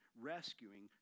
Rescuing